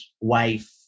wife